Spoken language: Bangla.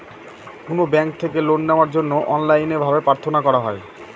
কোনো ব্যাঙ্ক থেকে লোন নেওয়ার জন্য অনলাইনে ভাবে প্রার্থনা করা হয়